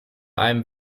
einem